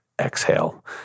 exhale